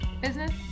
business